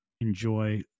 enjoy